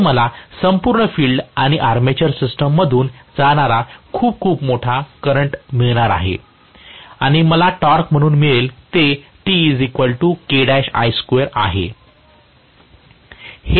तर मला संपूर्ण फील्ड आणि आर्मेचर सिस्टममधून जाणारा खूप खूप मोठा करंट मिळणार आहे आणि मला टॉर्क म्हणून मिळेल ते आहे हेच आम्ही टॉर्क म्हणून म्हटले आहे